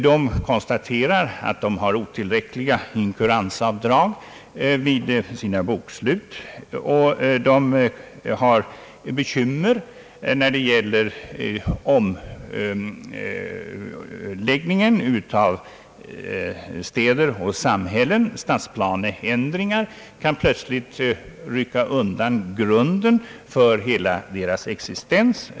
De konstaterar att de har otillräckliga inkuransavdrag vid sina bokslut, och de har bekymmer när det gäller omläggningar inom städer och samhällen — stadsplaneändringar kan plötsligt rycka undan grunden för hela deras existens.